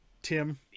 Tim